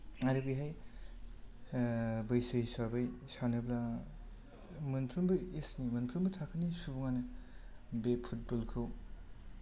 आरो बेहाय बैसो हिसाबै सानोब्ला मोनफ्रोमबो एज नि मोनफ्रोमबो थाखोनि सुबुंआनो बे फुटबल खौ